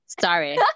Sorry